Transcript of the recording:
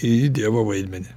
į dievo vaidmenį